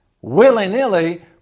willy-nilly